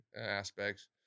aspects